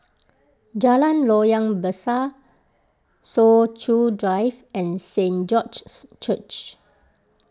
Jalan Loyang Besar Soo Chow Drive and Saint George's Church